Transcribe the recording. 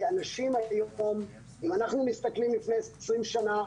אם אנחנו מסתכלים לפני 20 שנה,